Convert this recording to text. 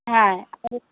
হ্যাঁ আর